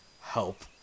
help